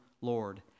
Lord